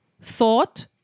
thought